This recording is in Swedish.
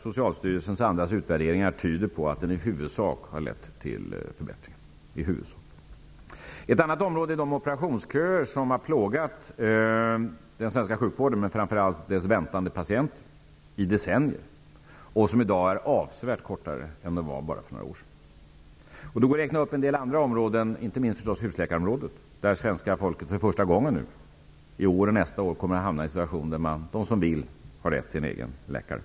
Socialstyrelsens och andras utvärderingar tyder på att den i huvudsak har lett till förbättringar. Ett annat område är de operationsköer som har plågat den svenska sjukvården och framför allt dess väntande patienter i decennier, men som i dag är avsevärt kortare än för bara några år sedan. Det går att räkna upp en del andra områden, inte minst husläkarområdet, där svenska folket för första gången nu i år och nästa år kommer att hamna i en situation där den som vill har rätt till en egen läkare.